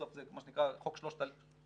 בסוף זה מה שנקרא חוק שלושת הקליקים,